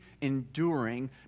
enduring